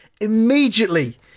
immediately